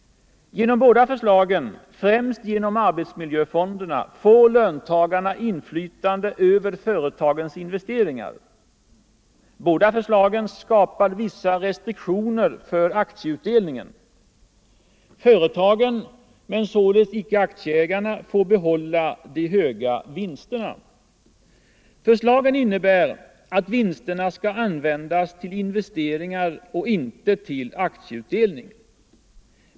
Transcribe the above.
Genom båda förslagen — främst genom arbetsmiljöfonderna —- får löntagarna inflytande över företagens investeringar. Båda förslagen skapar vissa restriktioner för aktieutdelningen. Företagen — men således inte aktieägarna — får behålla de höga vinsterna. Förslagen innebär att vinsterna skall användas till investeringar och inte till aktieutdelning.